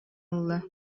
ылла